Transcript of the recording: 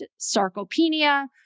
sarcopenia